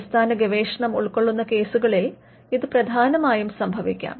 അടിസ്ഥാന ഗവേഷണം ഉൾക്കൊള്ളുന്ന കേസുകളിൽ ഇത് പ്രധാനമായും സംഭവിക്കാം